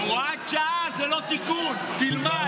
הוראת שעה היא לא תיקון, תלמד.